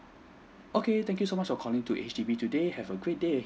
okay thank you so much for calling to H_D_B today have a great day ahead